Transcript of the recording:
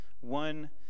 One